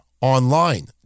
online